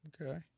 Okay